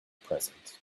present